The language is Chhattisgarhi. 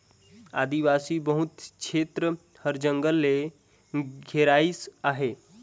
आदिवासी बहुल छेत्र हर जंगल ले घेराइस अहे